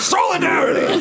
Solidarity